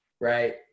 right